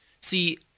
See